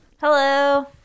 Hello